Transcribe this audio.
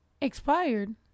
Expired